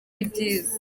ibyiza